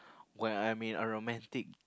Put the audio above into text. when I mean a romantic